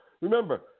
remember